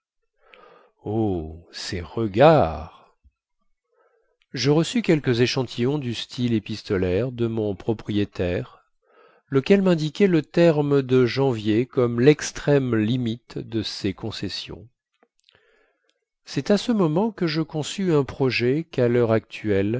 oh ces regards je reçus quelques échantillons du style épistolaire de mon propriétaire lequel mindiquait le terme de janvier comme lextrême limite de ses concessions cest à ce moment que je conçus un projet quà lheure actuelle